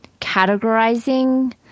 categorizing